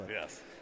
yes